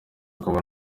akaba